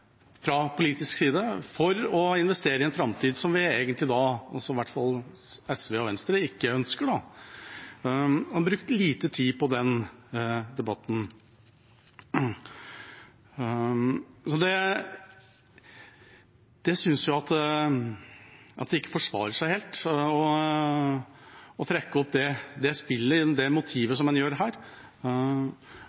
å investere i en framtid som vi egentlig – i hvert fall SV og Venstre – ikke ønsker? En har brukt lite tid på den debatten. Jeg synes ikke det forsvarer seg helt å trekke opp det spillet og det motivet som en gjør her. Særlig sett i